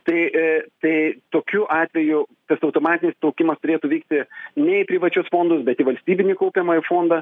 tai tai tokiu atveju tas automatinis traukimas turėtų vykti ne į privačius fondus bet į valstybinį kaupiamąjį fondą